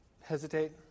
hesitate